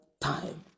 time